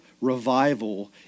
revival